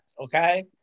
Okay